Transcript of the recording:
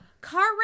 Car